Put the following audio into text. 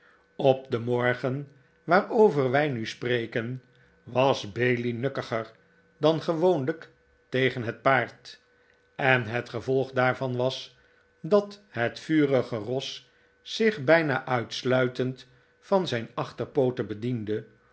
op den morgen waarover wij nu spreken was bailey nukkiger dan gewoonlijk tegen het paard en het gevolg daarvan was dat het vurige ros zich bijna uitsluitend van zijn achterpooten bediende